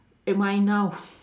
am I now